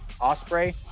Osprey